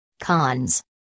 Cons